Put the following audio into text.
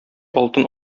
алтын